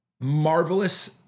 marvelous